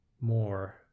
more